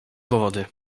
powody